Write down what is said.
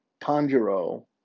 Tanjiro